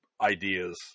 ideas